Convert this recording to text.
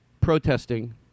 protesting